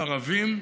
ערבים.